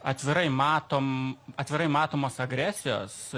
atvirai matom atvirai matomos agresijos